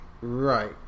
right